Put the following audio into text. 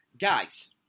Guys